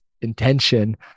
Intention